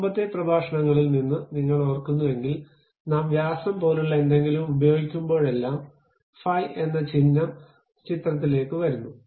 മുമ്പത്തെ പ്രഭാഷണങ്ങളിൽ നിന്ന് നിങ്ങൾ ഓർക്കുന്നുവെങ്കിൽ നാം വ്യാസം പോലുള്ള എന്തെങ്കിലും ഉപയോഗിക്കുമ്പോഴെല്ലാം ഫൈ എന്ന ചിഹ്നം ചിത്രത്തിലേക്ക് വരുന്നു